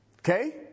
Okay